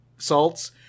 Salts